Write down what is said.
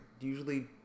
usually